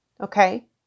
Okay